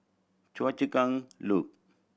Choa Chu Kang Loop